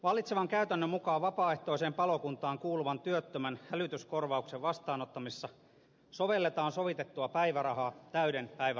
vallitsevan käytännön mukaan vapaaehtoiseen palokuntaan kuuluvien työttömien hälytyskorvauksen vastaanottamisessa sovelletaan soviteltua päivärahaa täyden päivärahan sijaan